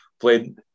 played